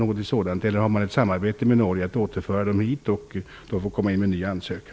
Finns det något samarbete med Norge för att återföra dem hit och låta dem komma in med en ny ansökan?